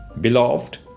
Beloved